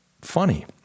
funny